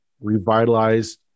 revitalize